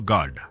God